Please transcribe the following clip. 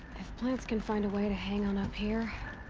if plants can find a way to hang on up here.